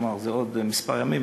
כלומר בעוד כמה ימים,